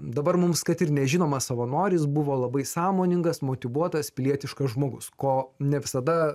dabar mums kad ir nežinomas savanoris buvo labai sąmoningas motyvuotas pilietiškas žmogus ko ne visada